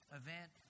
event